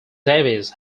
davies